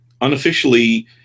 unofficially